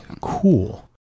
cool